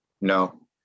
No